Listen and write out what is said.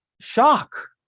shock